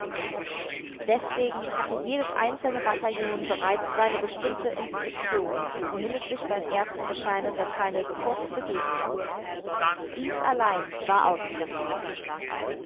deswegen hatte jedes einzelne bataillon bereits seine bestimmte instruktion wohin es sich beim ersten erscheinen der feinde sofort zu begeben habe dies allein war auszuführen